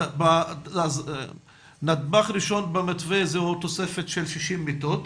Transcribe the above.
אז נדבך ראשון במתווה זה תוספת של 60 מיטות.